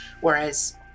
whereas